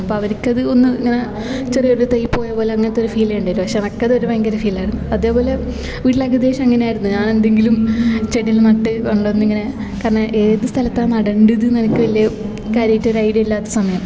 അപ്പം അവരിക്കത് ഒന്ന് ഞാൻ ചെറിയൊരു തൈ പോയ പോലെ അങ്ങനത്തെ ഒര് ഫീല് കണ്ട് പക്ഷേ മറ്റേത് ഒരു ഭയങ്കര ഫീലായിരുന്നു അതേപോലെ വീട്ടിലേകദേശം അങ്ങനെ ആയിരുന്നു ഞാൻ എന്തെങ്കിലും ചെടികള് നട്ട് കൊണ്ട് വന്നിങ്ങനെ കാരണം ഏത് സ്ഥലത്താണ് നടെണ്ടത് എന്ന് എനിക്ക് വലിയ കാര്യമായിട്ട് ഒരു ഐഡിയ ഇല്ലാത്ത സമയം